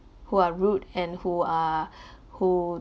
who are rude and who are who